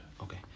Okay